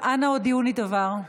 אנא הודיעו לי דבר.